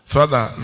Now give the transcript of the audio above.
Father